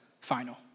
final